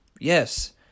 Yes